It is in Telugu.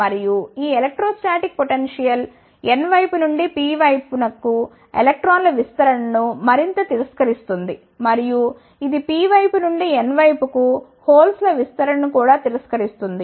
మరియు ఈ ఎలెక్ట్రోస్టాటిక్ పొటెన్షియల్ N వైపు నుండి P వైపుకు ఎలక్ట్రాన్ల విస్తరణ ను మరింత తిరస్కరిస్తుంది మరియు ఇది P వైపు నుండి N వైపుకు హోల్స్ ల విస్తరణ ను కూడా నిరాకరిస్తుంది